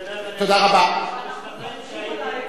אתה יודע, אדוני היושב-ראש, אנחנו חולקים על העצה,